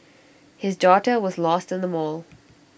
his daughter was lost in the mall